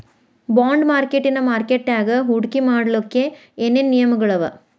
Bond ಮಾರ್ಕೆಟಿನ್ ಮಾರ್ಕಟ್ಯಾಗ ಹೂಡ್ಕಿ ಮಾಡ್ಲೊಕ್ಕೆ ಏನೇನ್ ನಿಯಮಗಳವ?